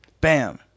Bam